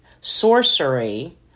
sorcery